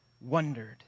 wondered